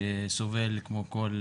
שסובל כמו כל